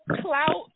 clout